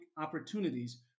opportunities